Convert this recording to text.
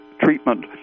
treatment